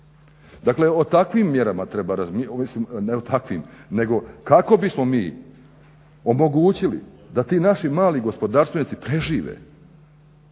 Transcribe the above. Dakle o takvim mjerama razmisliti, dakle ne o takvim nego kako bismo mi omogućili da ti naši mali gospodarstvenici prežive.